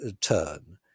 turn